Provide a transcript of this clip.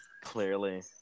Clearly